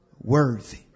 worthy